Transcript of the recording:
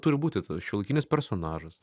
turi būti tas šiuolaikinis personažas